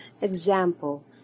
example